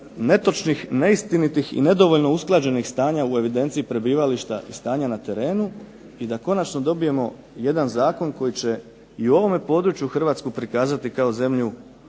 netočnih, neistinitih i nedovoljno usklađenih stanja u evidenciji prebivališta i stanja na terenu, i da konačno dobijemo jedan zakon koji će i u ovome području Hrvatsku prikazati kao zemlju